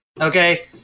okay